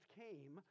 came